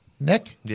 Nick